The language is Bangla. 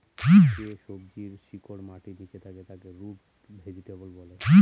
যে সবজির শিকড় মাটির নীচে থাকে তাকে রুট ভেজিটেবল বলে